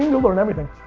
you'll learn everything.